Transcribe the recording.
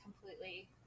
completely